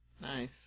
Nice